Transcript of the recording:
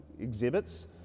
exhibits